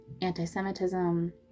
anti-semitism